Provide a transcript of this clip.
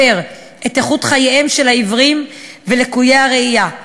את איכות חייהם של העיוורים ולקויי הראייה: